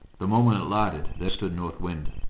the moment it lighted, there stood north wind.